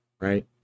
right